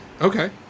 Okay